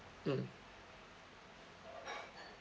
mm